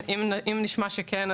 אם נשמע שכן,